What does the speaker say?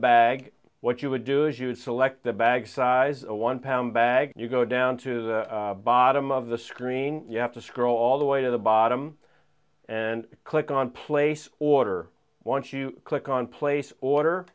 bag what you would do is you select the bag size a one pound bag and you go down to the bottom of the screen you have to scroll all the way to the bottom and click on place order once you click on place order